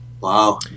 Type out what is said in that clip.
Wow